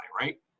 right